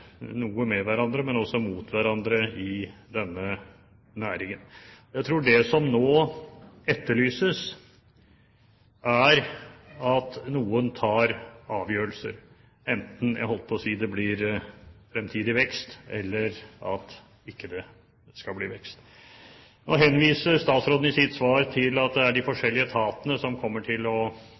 noe med hverandre, men også noe mot hverandre, i denne næringen. Jeg tror det som nå etterlyses, er at noen tar avgjørelser – enten det blir fremtidig vekst eller ikke vekst. Nå henviser statsråden i sitt svar til at det er de forskjellige etatene som kommer til å